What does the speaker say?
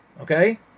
Okay